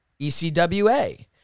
ECWA